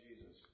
Jesus